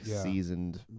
seasoned